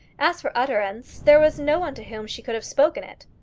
as for utterance there was no one to whom she could have spoken it.